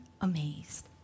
amazed